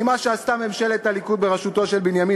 ממה שעשתה ממשלת הליכוד בראשותו של בנימין